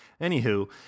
Anywho